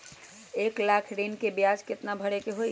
एक लाख ऋन के ब्याज केतना भरे के होई?